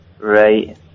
Right